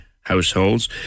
households